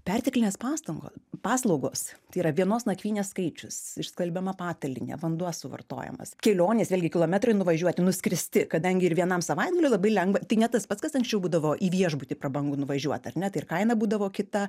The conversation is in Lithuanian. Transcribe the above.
perteklinės pastango paslaugos tai yra vienos nakvynės skaičius išskalbiama patalynė vanduo suvartojamas kelionės vėlgi kilometrai nuvažiuoti nuskristi kadangi ir vienam savaitgaliui labai lengva tai ne tas pats kas anksčiau būdavo į viešbutį prabangų nuvažiuot ar ne tai ir kaina būdavo kita